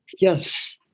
Yes